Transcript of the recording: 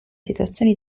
situazione